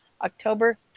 October